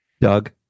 Doug